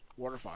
waterfox